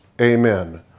Amen